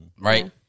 Right